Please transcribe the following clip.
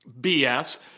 BS